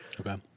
Okay